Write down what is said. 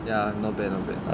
ya not bad not bad